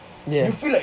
ya